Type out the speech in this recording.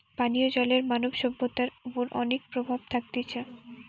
পানীয় জলের মানব সভ্যতার ওপর অনেক প্রভাব থাকতিছে